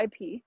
IP